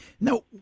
Now